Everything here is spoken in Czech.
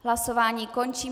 Hlasování končím.